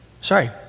sorry